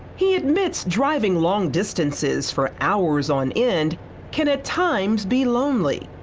he admits driving long distances for hours on end can at times be lonely.